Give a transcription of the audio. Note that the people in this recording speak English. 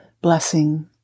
blessing